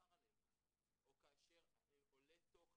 שמדובר עליהן כאן או כאשר עולה תוכן